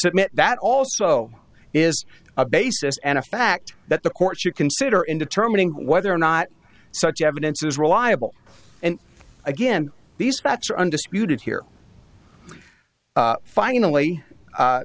submit that also is a basis and a fact that the court should consider in determining whether or not such evidence is reliable and again these facts are undisputed here finally